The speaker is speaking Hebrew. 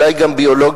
אולי גם ביולוגיים,